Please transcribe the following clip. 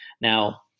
Now-